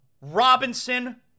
Robinson